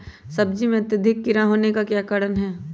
सब्जी में अत्यधिक कीड़ा होने का क्या कारण हैं?